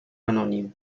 anonymes